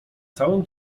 całym